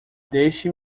deixe